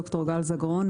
ד"ר גל זגרון,